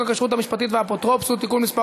הכשרות המשפטית והאפוטרופסות (תיקון מס'